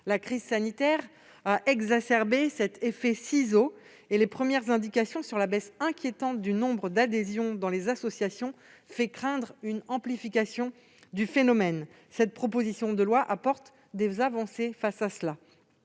La crise sanitaire a exacerbé cet effet ciseaux et les premières indications sur la baisse inquiétante du nombre d'adhésions dans les associations font craindre une amplification du phénomène. Cette proposition de loi apporte des avancées face à cela.